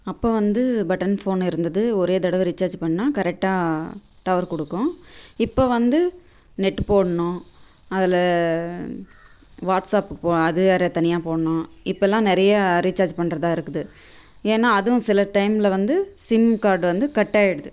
அப்போ வந்து button phone இருந்தது ஒரே தடவை ரீச்சார்ஜ் பண்ணிணா கரெக்டாக டவர் கொடுக்கும் இப்போ வந்து நெட்டு போடணும் அதில் வாட்ஸ்ஆப்க்கு அது வேறு தனியாக போடணும் இப்போல்லாம் நிறைய ரீச்சார்ஜ் பண்றதாக இருக்குது ஏன்னால் அதுவும் சில டைமில் வந்து சிம் கார்டு வந்து கட்டாயிடுது